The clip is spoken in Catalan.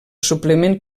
suplement